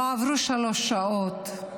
לא עברו שלוש שעות,